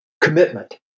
commitment